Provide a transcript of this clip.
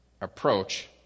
approach